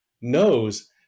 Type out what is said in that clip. knows